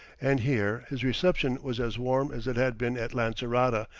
and here his reception was as warm as it had been at lancerota,